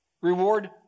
Reward